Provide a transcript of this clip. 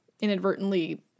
inadvertently